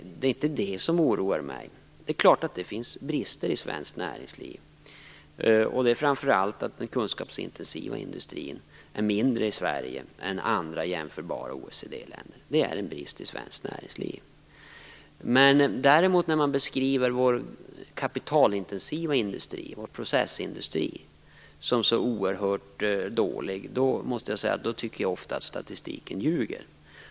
Det är inte det som oroar mig. Det är klart att det finns brister i svenskt näringsliv. Framför allt gäller det då att den kunskapsintensiva industrin är mindre i Sverige jämfört med hur det är i andra jämförbara OECD-länder. Detta är en brist i svenskt näringsliv. När man däremot beskriver vår kapitalintensiva industri, vår processindustri som så oerhört dålig, måste jag säga att jag ofta tycker att statistiken ljuger.